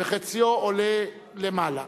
וחציו עולה למעלה,